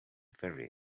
very